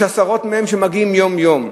יש עשרות מהם שמגיעים יום-יום.